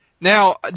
Now